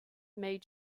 made